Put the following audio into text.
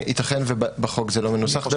ייתכן ובחוק זה לא מנוסח --- אני חושב שכן.